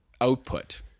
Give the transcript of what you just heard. output